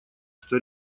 что